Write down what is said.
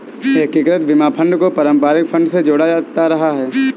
एकीकृत बीमा फंड को भी पारस्परिक फंड से ही जोड़ा जाता रहा है